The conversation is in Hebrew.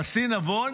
הנשיא נבון,